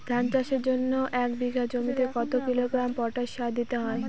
ধান চাষের জন্য এক বিঘা জমিতে কতো কিলোগ্রাম পটাশ সার দিতে হয়?